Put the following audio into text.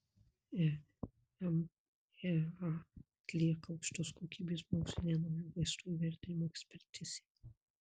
emea atlieka aukštos kokybės mokslinę naujų vaistų įvertinimo ekspertizę